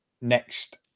next